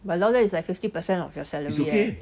but down there is like fifty percent of your salary eh